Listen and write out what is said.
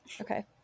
Okay